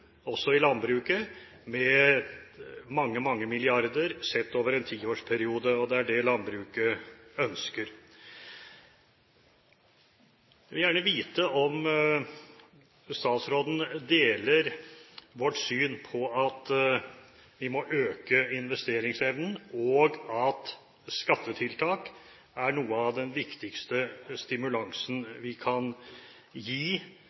også i landbruket med mange, mange milliarder sett over en tiårsperiode, og det er det landbruket ønsker. Jeg vil gjerne vite om statsråden deler vårt syn på at vi må øke investeringsevnen, og at skattetiltak er noe av den viktigste stimulansen vi kan gi